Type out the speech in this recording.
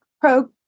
pro